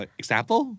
example